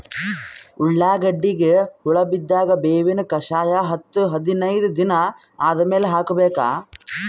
ಉಳ್ಳಾಗಡ್ಡಿಗೆ ಹುಳ ಬಿದ್ದಾಗ ಬೇವಿನ ಕಷಾಯ ಹತ್ತು ಹದಿನೈದ ದಿನ ಆದಮೇಲೆ ಹಾಕಬೇಕ?